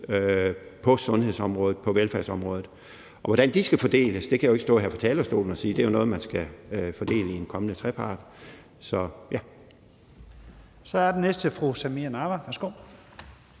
på sundhedsområdet og på velfærdsområdet. Hvordan de skal fordeles kan jeg ikke stå her på talerstolen og sige. Det er jo noget, man skal fordele i en kommende trepartsforhandling. Kl. 11:25 Første